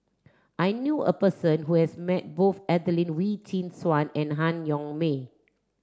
I knew a person who has met both Adelene Wee Chin Suan and Han Yong May